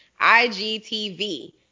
IGTV